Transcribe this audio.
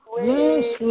Yes